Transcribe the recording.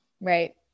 Right